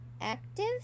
active